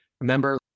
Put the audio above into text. remember